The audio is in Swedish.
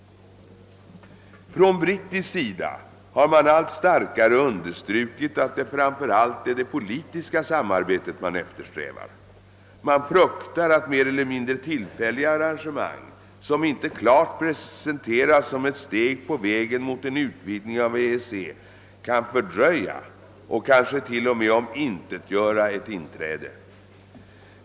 Från brittisk sida har man allt starkare understrukit att det framför allt är det politiska samarbetet man eftersträvar. Man fruktar att mer eller mindre tillfälliga arrangemang, som inte klart presenteras som ett steg på vägen mot en utvidgning av EEC, kan fördröja och kanske till och med omintetgöra ett inträde.